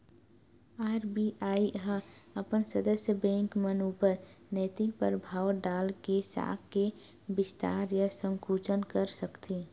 RBI ह अपन सदस्य बेंक मन ऊपर नैतिक परभाव डाल के साख के बिस्तार या संकुचन कर सकथे